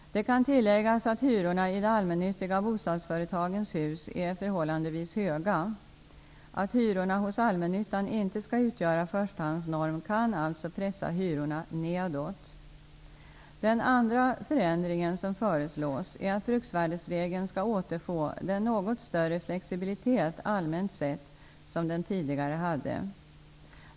Det kan tilläggas att hyrorna i de allmännyttiga bostadsföretagens hus är förhållandevis höga. Att hyrorna hos allmännyttan inte skall utgöra förstahandsnorm kan alltså pressa hyrorna nedåt. Den andra förändringen som föreslås är att bruksvärdesregeln skall återfå den något större flexibilitet allmänt sett som den tidigare hade.